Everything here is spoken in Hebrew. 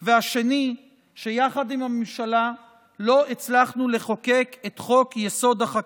2. שביחד עם הממשלה לא הצלחנו לחוקק את חוק-יסוד: החקיקה,